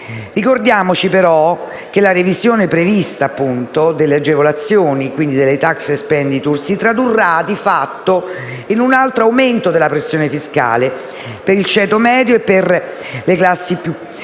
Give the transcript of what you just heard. Ricordiamoci però che la revisione prevista delle agevolazioni, quindi delle *tax expenditure*, si tradurrà di fatto in un altro aumento della pressione fiscale per il ceto medio e per le classi meno